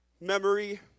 memory